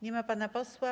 Nie ma pana posła.